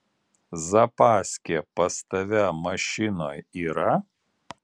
zapaskė pas tave mašinoj yra